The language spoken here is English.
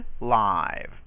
live